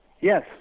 Yes